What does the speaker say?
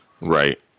right